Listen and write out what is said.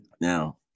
Now